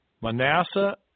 Manasseh